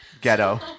Ghetto